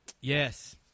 Yes